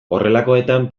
horrelakoetan